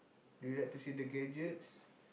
do you like to see the gadgets